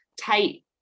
tight